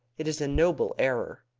it is a noble error.